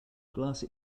glass